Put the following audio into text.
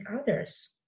others